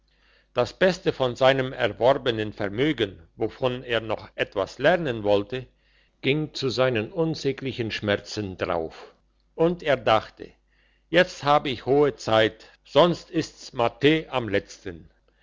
das beste von seinem erworbenen vermögen wovon er noch etwas lernen wollte ging zu seinen unsäglichen schmerzen drauf und er dachte jetzt habe ich hohe zeit sonst ist's mathä am letzten